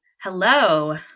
Hello